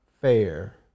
fair